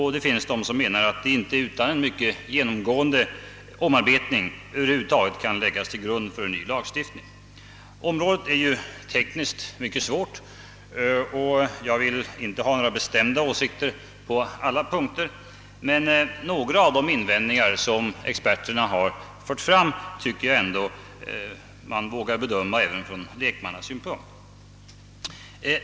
Det finns de som menar att förslaget inte utan mycket genomgående omarbetning över huvud taget kan läggas till grund för en ny lagstiftning. Området är ju tekniskt mycket svårt, och jag vill inte ha några bestämda åsikter på alla punkter, men några av de invändningar som experterna har fört fram tycker jag ändå man vågar bedöma även ur lekmannasynpunkt.